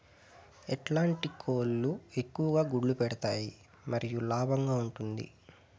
ఎట్లాంటి కోళ్ళు ఎక్కువగా గుడ్లు పెడతాయి మరియు లాభంగా ఉంటుంది?